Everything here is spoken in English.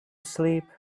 sleep